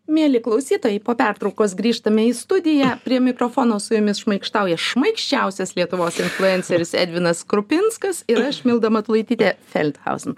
mieli klausytojai po pertraukos grįžtame į studiją prie mikrofono su jumis šmaikštauja šmaikščiausias lietuvos influenceris edvinas krupinskas ir aš milda matulaitytė felthauzen